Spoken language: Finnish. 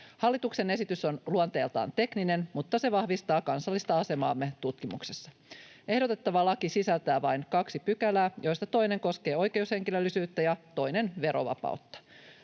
Hallituksen esitys on luonteeltaan tekninen, mutta se vahvistaa kansallista asemaamme tutkimuksessa. Ehdotettava laki sisältää vain kaksi pykälää, joista toinen koskee oikeushenkilöllisyyttä ja toinen verovapautta.